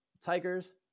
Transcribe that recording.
Tigers